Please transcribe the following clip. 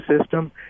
system